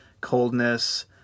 coldness